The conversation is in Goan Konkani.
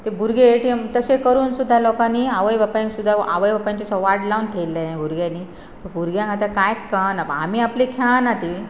ते भुरगे ए टी एम तशें करून सुद्दा लोकांनी आवय बापायक सुद्दा आवय बापायचे सवाड लावन थेयलें भुरग्यांनी भुरग्यांक आतां कांयच कळना आमी आपली खेळना ती